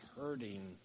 hurting